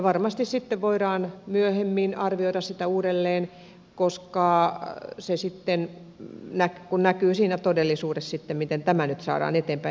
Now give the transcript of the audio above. varmasti sitten voidaan myöhemmin arvioida sitä uudelleen kun se näkyy siinä todellisuudessa sitten miten tämä nyt saadaan eteenpäin